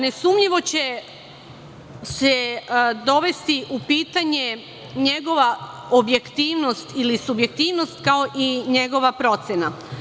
Nesumnjivo će se dovesti u pitanje njegova objektivnost ili subjektivnost, kao i njegova procena.